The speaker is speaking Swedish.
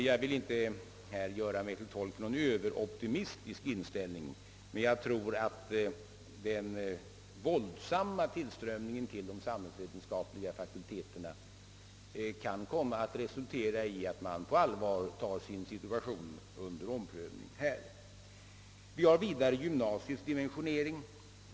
Jag skall här inte göra mig till tolk för någon överoptimistisk inställning, men jag tror att den våldsamma tillströmningen till de samhällsvetenskapliga fakulteterna kan komma att resultera i att man på allvar tar situationen under omprövning. Vidare har vi gymnasiets dimensionering.